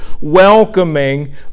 welcoming